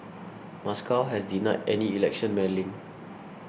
Moscow has denied any election meddling